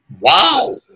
wow